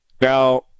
Now